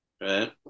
right